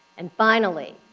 and finally,